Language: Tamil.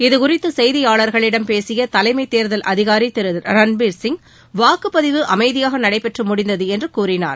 இதுகுறித்து செய்தியாளர்களிடம் பேசிய தலைமை தேர்தல் அதிகாரி திரு ரன்பீர் சிங் வாக்குப்பதிவு அமைதியாக நடைபெற்று முடிந்தது என்று கூறினார்